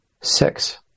six